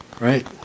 right